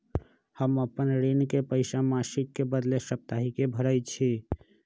हम अपन ऋण के पइसा मासिक के बदले साप्ताहिके भरई छी